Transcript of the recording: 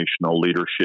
Leadership